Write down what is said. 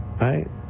Right